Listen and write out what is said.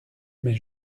mais